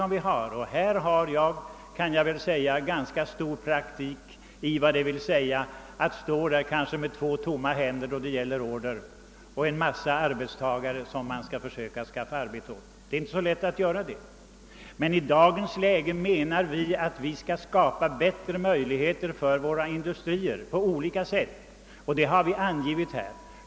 Jag kan säga att jag har ganska stor praktik av vad det vill säga att stå med två tomma händer, utan order, och med en mängd arbetstagare som man skall försöka skaffa arbete åt. Det är inte så lätt att göra något i en dylik situation. Vi menar emellertid att det i dagens läge skall skapas bättre möjligheter för våra industrier på olika sätt, och riktlinjerna därvidlag har vi angivit här.